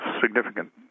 significant